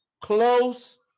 close